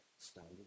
standard